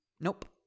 Nope